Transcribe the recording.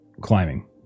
climbing